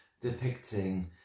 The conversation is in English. depicting